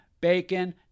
Bacon